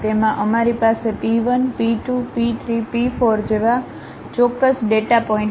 તેમાં અમારી પાસે p 1 p 2 p 3 p 4 જેવા ચોક્કસ ડેટા પોઇન્ટ છે